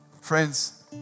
Friends